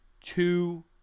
two